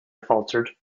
faltered